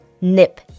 nip